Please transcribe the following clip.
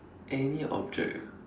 any object ah